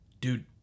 dude